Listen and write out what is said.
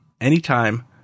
Anytime